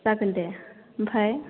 जागोन दे ओमफ्राय